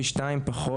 פי 2 פחות,